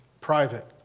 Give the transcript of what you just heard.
private